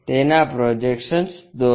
તેના પ્રોજેક્શન્સ દોરો